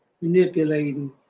manipulating